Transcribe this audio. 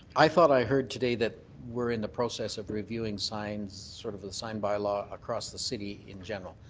i thought i heard today that we're in the process of reviewing signs sort of the sign bylaw across the city in general.